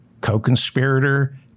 co-conspirator